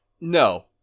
No